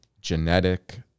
genetic